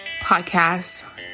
podcast